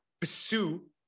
pursue